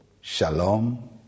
Shalom